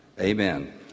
Amen